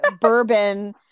bourbon